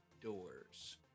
doors